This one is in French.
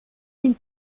mille